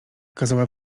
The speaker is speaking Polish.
kazała